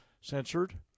censored